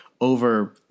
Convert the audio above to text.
over